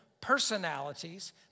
personalities